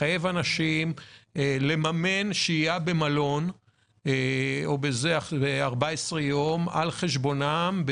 לחייב אנשים לממן שהייה במלון ל-14 יום על חשבונם.